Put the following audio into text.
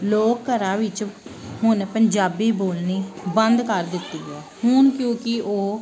ਲੋਕ ਘਰਾਂ ਵਿੱਚ ਹੁਣ ਪੰਜਾਬੀ ਬੋਲਣੀ ਬੰਦ ਕਰ ਦਿੱਤੀ ਹੈ ਹੁਣ ਕਿਉਂਕਿ ਉਹ